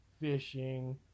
fishing